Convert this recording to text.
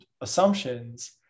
assumptions